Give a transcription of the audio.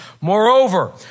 Moreover